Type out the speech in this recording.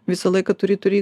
visą laiką turi turi